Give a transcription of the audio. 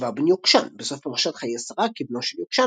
שבא בן יקשן - בסוף פרשת חיי שרה כבנו של יקשן,